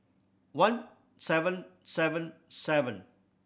one seven seven seven